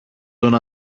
τον